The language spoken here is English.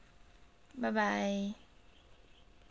bye bye